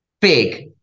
Big